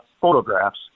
photographs